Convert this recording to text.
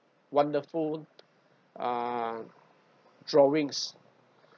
wonderful uh drawings